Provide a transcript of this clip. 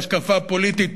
והשקפה פוליטית,